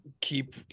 keep